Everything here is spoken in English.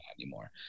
anymore